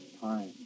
time